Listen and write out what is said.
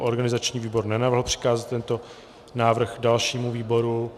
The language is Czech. Organizační výbor nenavrhl přikázat tento návrh dalšímu výboru.